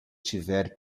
tiver